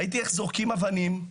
ראיתי איך זורקים אבנים,